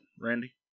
Randy